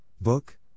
book